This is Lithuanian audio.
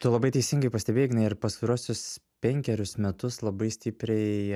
tu labai teisingai pastebėjai ignai ir pastaruosius penkerius metus labai stipriai